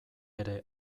ere